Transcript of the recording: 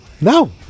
No